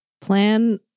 Plan